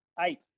Eight